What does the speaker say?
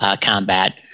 combat